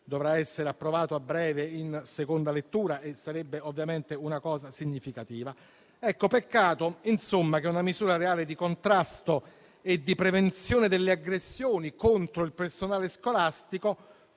dovrà essere approvato a breve in seconda lettura e sarebbe ovviamente una cosa significativa). È un peccato, dunque, che una misura reale di contrasto e di prevenzione delle aggressioni contro il personale scolastico,